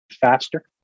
faster